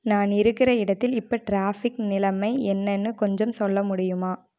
நான் இருக்கிற இடத்தில் இப்போ ட்ராஃபிக் நிலைமை என்னனு கொஞ்சம் சொல்ல முடியுமா